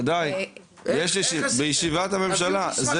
ודאי, בישיבת הממשלה.